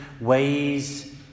ways